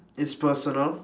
it's personal